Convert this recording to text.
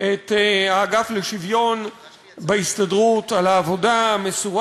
את האגף לקידום השוויון בהסתדרות על העבודה המסורה